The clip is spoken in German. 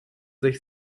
sich